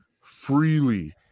freely